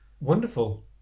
Wonderful